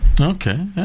Okay